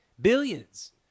Billions